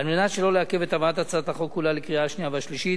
על מנת שלא לעכב את הבאת הצעת החוק כולה לקריאה השנייה והשלישית